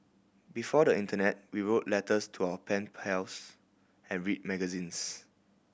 before the internet we wrote letters to our pen pals and read magazines